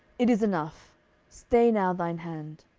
it is enough stay now thine hand.